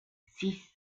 six